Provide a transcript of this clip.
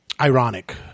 ironic